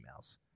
emails